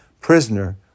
prisoner